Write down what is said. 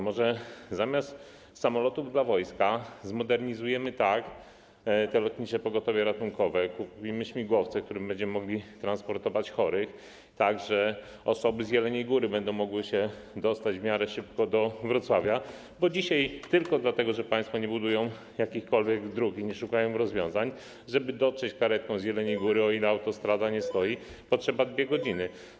Może zamiast samolotów dla wojska zmodernizujemy to Lotnicze Pogotowie Ratunkowe, kupimy śmigłowce, którymi będziemy mogli transportować chorych, tak że osoby z Jeleniej Góry będą mogły się dostać w miarę szybko do Wrocławia, bo dzisiaj, tylko dlatego że państwo nie budują jakichkolwiek dróg i nie szukają rozwiązań, żeby dotrzeć karetką z Jeleniej Góry, o ile autostrada nie stoi, trzeba 2 godzin.